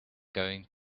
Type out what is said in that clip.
going